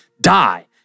die